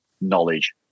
knowledge